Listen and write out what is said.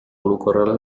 olukorrale